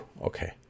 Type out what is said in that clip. okay